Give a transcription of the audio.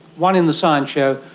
one in the science show,